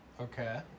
okay